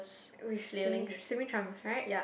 which swimming swimming trunks right